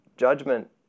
Judgment